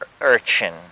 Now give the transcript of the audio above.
urchin